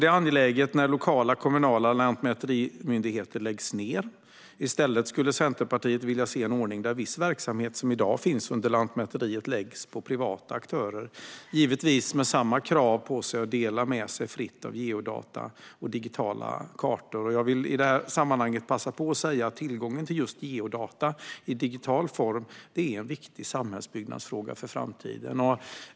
Det är också allvarligt när lokala kommunala lantmäterimyndigheter läggs ned. Centerpartiet skulle i stället vilja se en ordning där viss verksamhet som i dag finns under Lantmäteriet läggs på privata aktörer. De skulle givetvis ha samma krav på sig när det gäller att dela med sig fritt av geodata och digitala kartor. Tillgången till just geodata i digital form är en viktig samhällsbyggnadsfråga för framtiden.